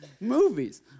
movies